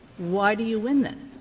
why do you win that?